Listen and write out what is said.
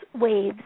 waves